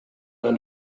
eine